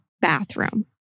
bathroom